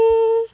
really